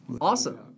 Awesome